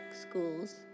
schools